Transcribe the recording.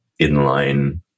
inline